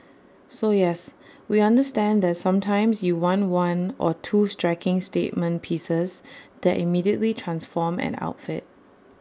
so yes we understand that sometimes you want one or two striking statement pieces that immediately transform an outfit